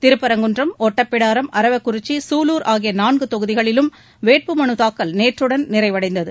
திருப்பரங்குன்றம் ஒட்டப்பிடாரம் அரவக்குறிச்சி சூலூர் ஆகிய நான்கு தொகுதிகளிலும் வேட்புமனு தாக்கல் நேற்றுடன் நிறைவடைந்தது